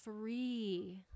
free